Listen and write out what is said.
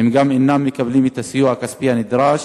הם גם אינם מקבלים את הסיוע הכספי הנדרש.